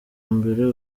mbere